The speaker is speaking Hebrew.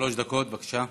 שלוש דקות, בבקשה.